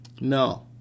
No